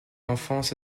enfance